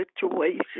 situation